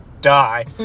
die